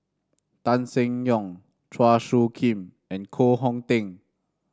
Tan Seng Yong Chua Soo Khim and Koh Hong Teng